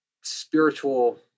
spiritual